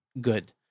good